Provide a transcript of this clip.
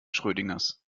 schrödingers